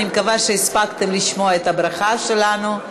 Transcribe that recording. אני מקווה שהספקתם לשמוע את הברכה שלנו.